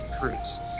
cruise